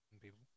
people